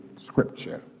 Scripture